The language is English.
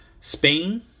Spain